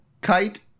kite